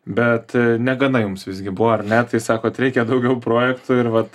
bet negana jums visgi buvo ar ne tai sakot reikia daugiau projektų ir vat